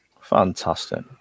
Fantastic